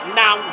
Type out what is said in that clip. now